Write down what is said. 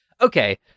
Okay